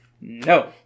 No